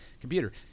computer